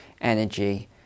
energy